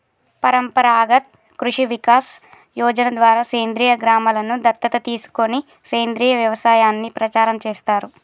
పరంపరాగత్ కృషి వికాస్ యోజన ద్వారా సేంద్రీయ గ్రామలను దత్తత తీసుకొని సేంద్రీయ వ్యవసాయాన్ని ప్రచారం చేస్తారు